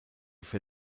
für